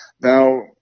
Now